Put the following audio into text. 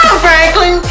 Franklin